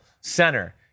center